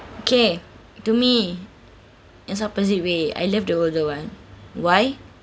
okay to me it's opposite way I love the older [one] why